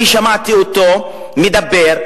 אני שמעתי אותו מדבר.